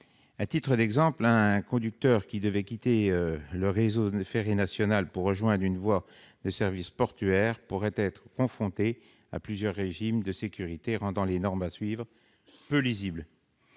À titre d'exemple, un conducteur qui devrait quitter le réseau ferré national pour rejoindre une voie de service portuaire pourrait être confronté à plusieurs régimes de sécurité rendant les normes à suivre peu lisibles.